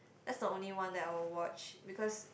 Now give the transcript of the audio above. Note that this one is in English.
that's the only one that I will watch because